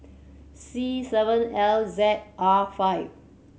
C seven L Z R five